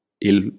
Il